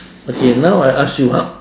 okay now I ask you ah